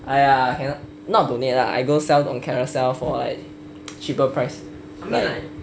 !aiya! not donate lah I go sell on carousell for like cheaper price